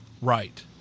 Right